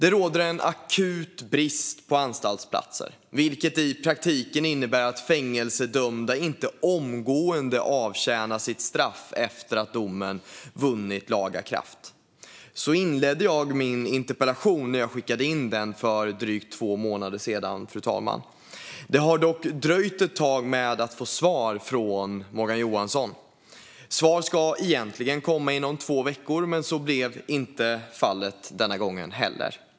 Det råder en akut brist på anstaltsplatser, vilket i praktiken innebär att fängelsedömda inte omgående avtjänar sitt straff efter att domen vunnit laga kraft." Så inledde jag min interpellation när jag skickade in den för drygt två månader sedan, fru talman. Svaret från Morgan Johansson har dröjt ett tag. Svar ska egentligen komma inom två veckor, men så blev inte fallet denna gång heller.